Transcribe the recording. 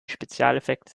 spezialeffekte